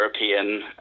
European